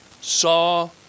saw